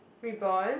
we bond